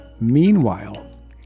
Meanwhile